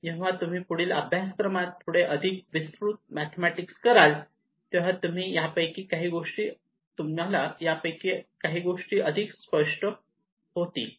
जेव्हा तुम्ही पुढील अभ्यासक्रमात थोडे अधिक विस्तृत मॅथेमॅटिक्स कराल तेव्हा तुम्हाला यापैकी काही गोष्टी अधिक स्पष्ट होतील